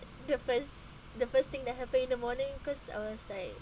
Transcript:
the first the first thing that happened in the morning cause I was like